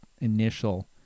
initial